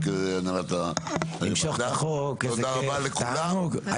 תודה רבה לכולם.